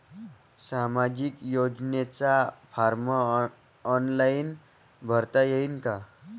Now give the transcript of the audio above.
सामाजिक योजनेचा फारम ऑनलाईन भरता येईन का?